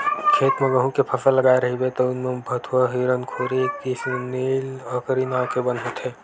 खेत म गहूँ के फसल लगाए रहिबे तउन म भथुवा, हिरनखुरी, किसननील, अकरी नांव के बन होथे